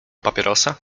papierosa